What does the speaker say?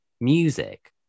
music